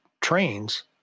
trains